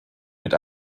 mit